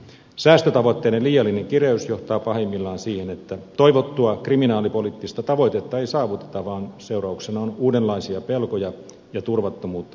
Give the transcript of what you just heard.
säästötavoitteiden liiallinen kireys johtaa pahimmillaan siihen että toivottua kriminaalipoliittista tavoitetta ei saavuteta vaan seurauksena on uudenlaisia pelkoja ja turvattomuutta kansalaisten parissa